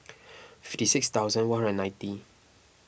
fifty six thousand one hundred and ninety